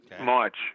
March